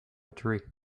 tree